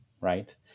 Right